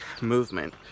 movement